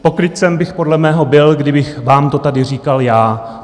Pokrytcem bych podle mého byl, kdybych vám to tady říkal já.